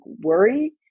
worry